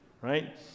right